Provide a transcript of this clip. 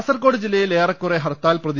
കാസർകോഡ് ജില്ലയിൽ ഏറെക്കുറെ ഹർത്താൽ പ്രതീതിയാണ്